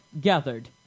gathered